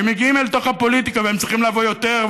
שמגיעים אל תוך הפוליטיקה והם צריכים לבוא יותר,